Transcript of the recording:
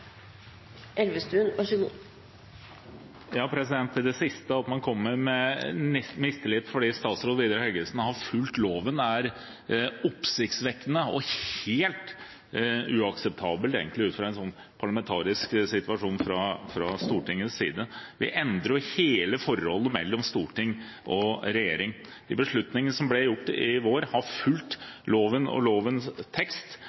Elvestuen har hatt ordet to ganger tidligere og får ordet til en kort merknad, begrenset til 1 minutt. Til det siste, at man kommer med mistillit fordi statsråd Vidar Helgesen har fulgt loven: Det er oppsiktsvekkende og egentlig helt uakseptabelt – ut fra en parlamentarisk situasjon – fra Stortinget side. Vi endrer jo hele forholdet mellom storting og regjering. I de beslutningene som ble gjort